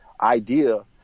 idea